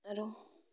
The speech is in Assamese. আৰু